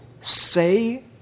say